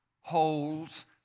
holds